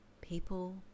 people